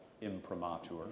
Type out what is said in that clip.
imprimatur